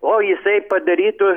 o jisai padarytų